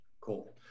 Cool